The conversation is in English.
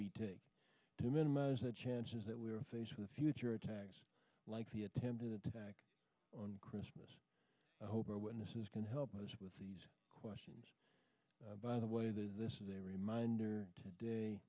we take to minimize the chances that we're faced with future attacks like the attempted attack on christmas i hope our witnesses can help us with these questions by the way that this is a reminder today